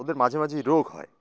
ওদের মাঝে মাঝেই রোগ হয়